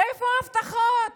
איפה ההבטחות